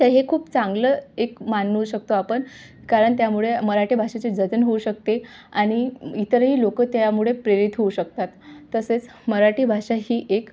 तर हे खूप चांगलं एक मानू शकतो आपण कारण त्यामुळे मराठी भाषेचे जतन होऊ शकते आणि इतरही लोकं त्यामुळे प्रेरित होऊ शकतात तसेच मराठी भाषा ही एक